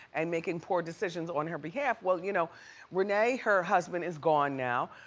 and making poor decisions on her behalf. well you know rene, her husband is gone now.